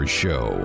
show